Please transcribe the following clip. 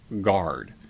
guard